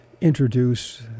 introduce